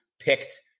picked